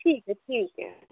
ठीक ऐ ठीक ऐ